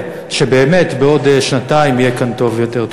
שבאמת בעוד שנתיים יהיה כאן טוב יותר.